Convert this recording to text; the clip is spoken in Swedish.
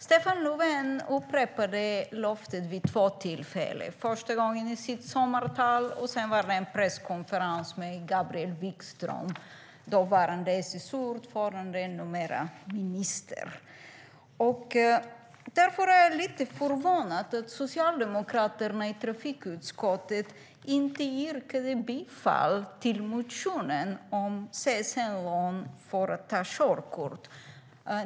Stefan Löfven upprepade löftet vid två tillfällen, första gången i sitt sommartal och sedan vid en presskonferens med Gabriel Wikström, dåvarande SSU-ordföranden, numera minister. Därför är jag lite förvånad över att Socialdemokraterna i trafikutskottet inte yrkade bifall till motionen om CSN-lån för att ta körkort.